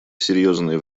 серьезное